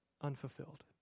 unfulfilled